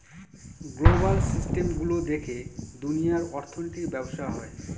global system গুলো দেখে দুনিয়ার অর্থনৈতিক ব্যবসা হয়